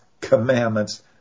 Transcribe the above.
commandments